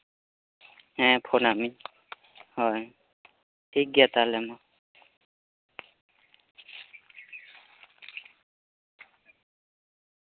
ᱦᱮᱸ ᱯᱷᱳᱱᱟᱫ ᱢᱤᱭᱟᱹᱧ ᱦᱳᱭ ᱴᱷᱤᱠᱜᱮᱭᱟ ᱛᱟᱦᱞᱮ ᱢᱟ